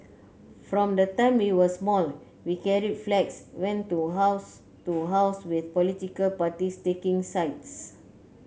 from the time we were small we carried flags went to house to house with political parties taking sides